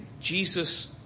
Jesus